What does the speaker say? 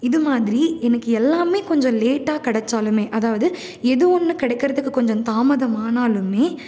இதுமாதிரி எனக்கு எல்லாமே கொஞ்சம் லேட்டாக கிடச்சாலுமே அதாவது எது ஒன்று கிடைக்கிறதுக்கு கொஞ்சம் தாமதம் ஆனாலும்